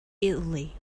italy